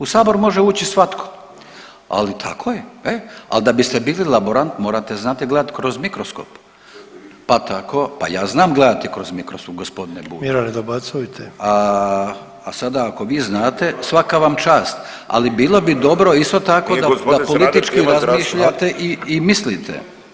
U sabor može ući svatko, ali tako je e, ali da biste bili laborant morate znati gledati kroz mikroskop, pa tako … [[Upadica se ne razumije.]] pa ja znam gledati kroz mikroskop gospodine Bulj [[Upadica: Miro ne dobacujte.]] a sada ako vi znate svaka vam čast, ali bilo bi dobro isto tako … [[Upadica se ne razumije.]] da politički razmišljate i mislite.